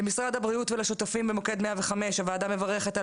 למשרד הבריאות ולשותפים במוקד 105 הוועדה מברכת על